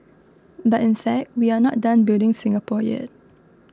but in fact we are not done building Singapore yet